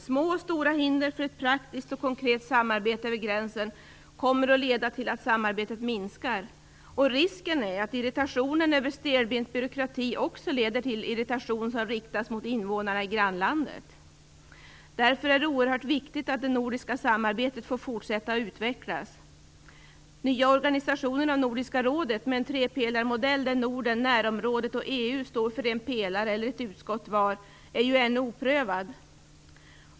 Små och stora hinder för ett praktiskt och konkret samarbete över gränsen kommer att leda till att samarbetet minskar. Risken är att irritationen över stelbent byråkrati också leder till irritation riktad mot invånarna i grannlandet. Därför är det oerhört viktigt att det nordiska samarbetet får fortsätta att utvecklas. Den nya organisationen av Nordiska rådet med en trepelarmodell där Norden, närområdet och EU står för en pelare var, eller ett utskott var, är ju ännu oprövad.